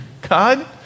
God